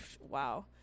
wow